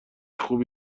خوبی